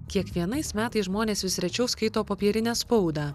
kiekvienais metais žmonės vis rečiau skaito popierinę spaudą